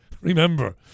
Remember